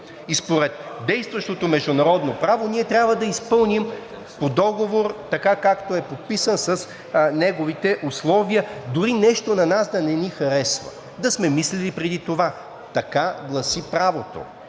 Според действащото международно право ние трябва да изпълним договора така, както е подписан, с неговите условия, дори нещо на нас да не ни харесва. Да сме мислили преди това. Така гласи правото